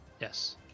yes